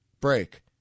Break